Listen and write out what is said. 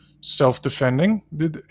self-defending